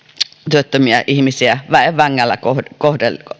työttömiä ihmisiä väen vängällä kohdella